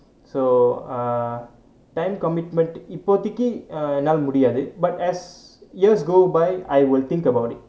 so ah time commitment இப்போதைக்கு என்னாலை முடியாது:ippothaikku ennalai mudiyaathu but as years go by I will think about it